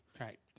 Right